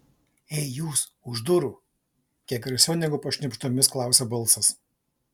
ei jūs už durų kiek garsiau negu pašnibždomis klausia balsas